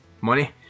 money